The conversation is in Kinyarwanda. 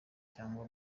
cyangwa